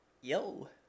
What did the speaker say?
Yo